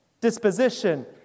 disposition